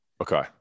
Okay